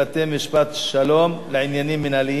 (בתי-משפט שלום לעניינים מינהליים),